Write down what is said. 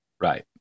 Right